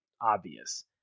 obvious